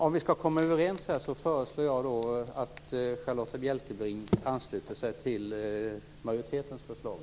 Om vi skall komma överens föreslår jag att Charlotta Bjälkebring ansluter sig till majoritetens förslag.